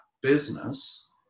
business